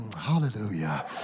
hallelujah